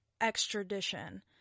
extradition